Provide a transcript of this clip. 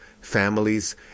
families